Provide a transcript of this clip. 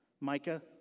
Micah